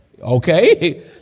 Okay